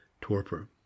torpor